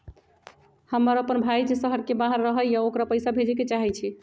हमर अपन भाई जे शहर के बाहर रहई अ ओकरा पइसा भेजे के चाहई छी